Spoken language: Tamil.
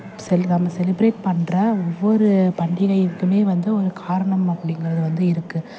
செல் நம்ம செலிப்ரேட் பண்ணுற ஒவ்வொரு பண்டிகைக்குமே வந்து ஒரு காரணம் அப்படிங்கறது வந்து இருக்குது